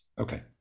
okay